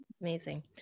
Amazing